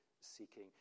seeking